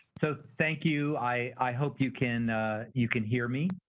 so thank you. i hope you can you can hear me.